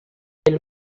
elle